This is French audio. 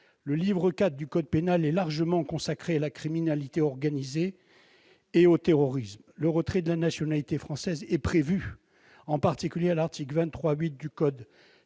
Le livre IV du code pénal est dans une large mesure consacré à la criminalité organisée et au terrorisme. Le retrait de la nationalité française est prévu, en particulier à l'article 23-8 du code civil,